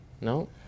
No